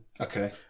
okay